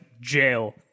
jail